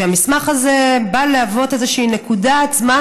המסמך הזה בא להוות איזושהי נקודה בזמן